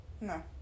No